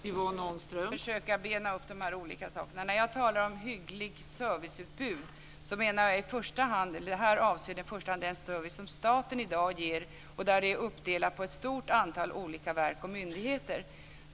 Fru talman! Jag ska försöka bena upp de här olika sakerna. När jag talar om ett hyggligt serviceutbud avser det i första hand den service som staten i dag ger som är uppdelad på ett stort antal olika verk och myndigheter.